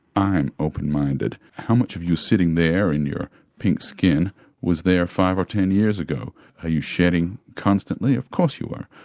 i'm open-minded. how much of you sitting there in your pink skin was there five or ten years ago? are you shedding constantly? of course you are.